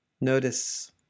Notice